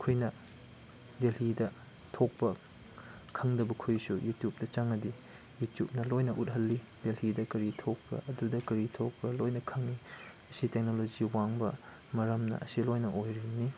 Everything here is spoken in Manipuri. ꯑꯩꯈꯣꯏꯅ ꯗꯦꯜꯂꯤꯗ ꯊꯣꯛꯄ ꯈꯪꯗꯕ ꯈꯣꯏꯁꯨ ꯌꯨꯇꯨꯞꯇ ꯆꯪꯉꯗꯤ ꯌꯨꯇꯨꯞꯅ ꯂꯣꯏꯅ ꯎꯠꯍꯜꯂꯤ ꯗꯦꯜꯂꯤꯗ ꯀꯔꯤ ꯊꯣꯛꯄ ꯑꯗꯨꯗ ꯀꯔꯤ ꯊꯣꯛꯄ ꯂꯣꯏꯅ ꯈꯪꯉꯤ ꯑꯁꯤ ꯇꯦꯛꯅꯣꯂꯣꯖꯤ ꯋꯥꯡꯕ ꯃꯔꯝꯅ ꯑꯁꯤ ꯂꯣꯏꯅ ꯑꯣꯏꯔꯤꯕꯅꯤ